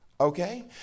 Okay